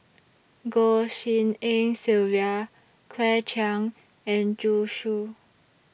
Goh Tshin En Sylvia Claire Chiang and Zhu Xu